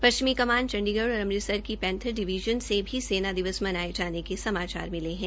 पश्चिमी कमान चंडीगढ़ और अमृतसर के पैंथर डिवीजन से भी सेना दिवस मनाये जाने के समाचार मिले है